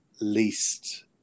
least